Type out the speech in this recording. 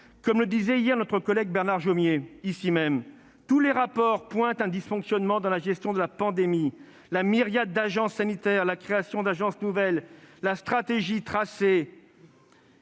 Comme le disait hier notre collègue Bernard Jomier dans cette enceinte même, tous les rapports relèvent un dysfonctionnement dans la gestion de la pandémie : une myriade d'agences sanitaires, la création d'agences nouvelles, et la stratégie «